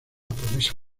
promesa